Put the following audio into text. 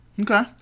Okay